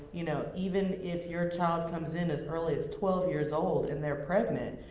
you know, even if your child comes in as early as twelve years old, and they're pregnant,